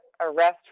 arrest